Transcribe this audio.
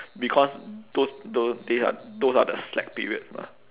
because those those days are those are the slack periods mah